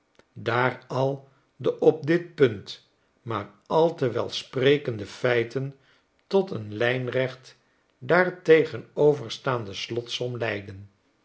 daar al de op dit punt maar al te welsprekende feiten tot een lijnrecht daartegenover staande slotsom leiden